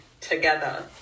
together